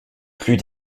plus